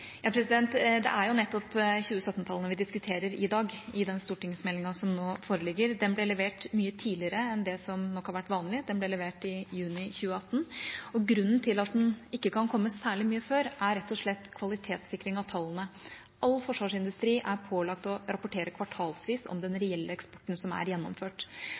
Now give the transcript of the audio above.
Det er jo nettopp 2017-tallene vi diskuterer i dag, ut fra den stortingsmeldinga som nå foreligger. Den ble levert mye tidligere enn det som nok har vært vanlig – den ble levert i juni 2018. Grunnen til at den ikke kan komme særlig mye før, er rett og slett kvalitetssikring av tallene. All forsvarsindustri er pålagt å rapportere kvartalsvis om den reelle eksporten som er gjennomført.